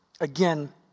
again